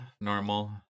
normal